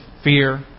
Fear